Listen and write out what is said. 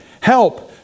help